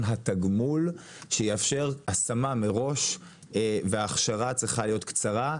התגמול שיאפשר השמה מראש וההכשרה צריכה להיות קצרה.